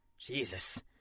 Jesus